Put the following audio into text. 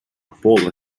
поле